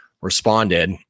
responded